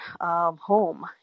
home